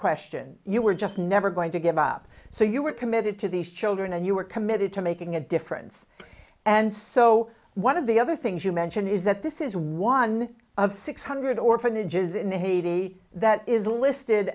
question you were just never going to give up so you were committed to these children and you were committed to making a difference and so one of the other things you mention is that this is one of six hundred orphanages in haiti that is listed